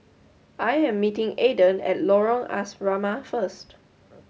I am meeting Aaden at Lorong Asrama first